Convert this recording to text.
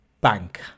bank